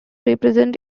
represent